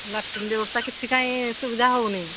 latrine ବ୍ୟବସ୍ଥା କିଛି କାଇଁ ସୁବିଧା ହଉନି